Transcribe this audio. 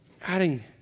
adding